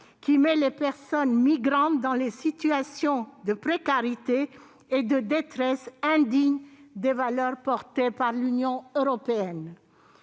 qui met les personnes migrantes dans des situations de précarité et de détresse indignes des valeurs défendues par l'Union européenne.